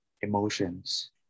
emotions